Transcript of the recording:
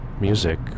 music